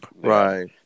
Right